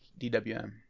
DWM